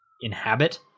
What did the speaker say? inhabit